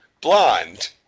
Blonde